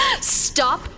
Stop